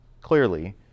clearly